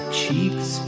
cheeks